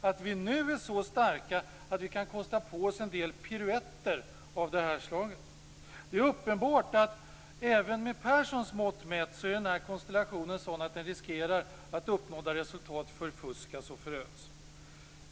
Nu är vi så starka att vi kan kosta på oss en del piruetter av det här slaget. Det är uppenbart att även med Perssons mått mätt är den här konstellationen sådan att den riskerar att uppnådda resultat förfuskas och föröds.